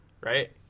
Right